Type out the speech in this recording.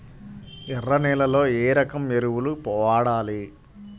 ఎర్ర నేలలో ఏ రకం ఎరువులు వాడాలి?